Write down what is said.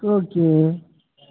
okay